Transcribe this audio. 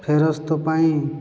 ଫେରସ୍ତ ପାଇଁ